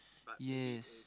yes